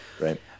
Right